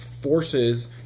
forces